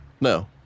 No